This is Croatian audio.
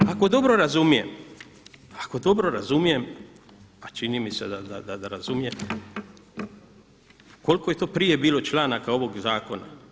Ako dobro razumijem, ako dobro razumijem a čini mi se da razumijem koliko je to prije bilo članaka ovog zakona?